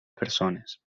persones